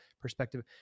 perspective